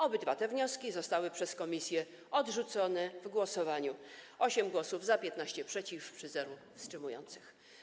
Obydwa te wnioski zostały przez komisję odrzucone w głosowaniu: 8 głosów za, 15 - przeciw, 0 - wstrzymujących się.